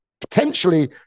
potentially